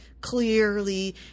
clearly